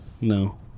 No